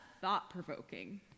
thought-provoking